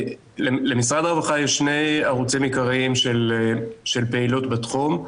למשרד הרווחה יש שני ערוצים עיקריים של פעילות בתחום.